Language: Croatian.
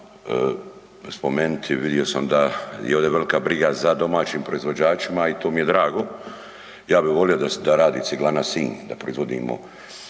spomenuti, vidio sam da je ovdje velika briga za domaćim proizvođačima i to mi je drago. Ja bi volio da radi Ciglana Sinj, da proizvodimo